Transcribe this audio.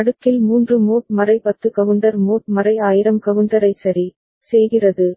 அடுக்கில் 3 mode 10 counter mode 1000 கவுண்டரை சரி செய்கிறது